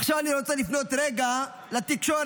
עכשיו אני רוצה לפנות רגע לתקשורת,